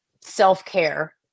self-care